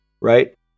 right